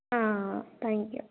ஆ thank you